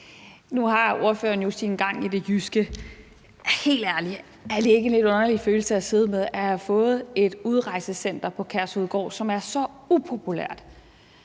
Nu har ordføreren jo sin gang i det jyske. Helt ærligt, er det ikke en lidt underlig følelse at have fået et udrejsecenter på Kærshovedgård, som er så upopulært,